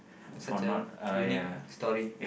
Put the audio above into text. such a unique story